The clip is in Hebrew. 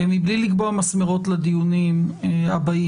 מבלי לקבוע מסמרות לדיונים הבאים,